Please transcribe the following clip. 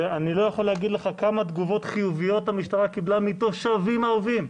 אני לא יכול להגיד לך כמה תגובות חיוביות המשטרה קיבלה מתושבים ערביים.